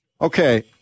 Okay